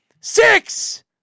Six